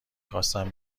خواستم